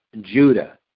Judah